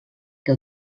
que